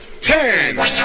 Ten